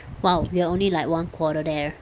!wow! we are only like one quarter there